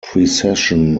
precession